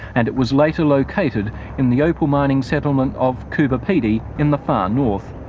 and it was later located in the opal mining settlement of cooper pedy in the far north.